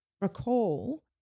recall